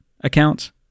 accounts